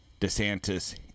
DeSantis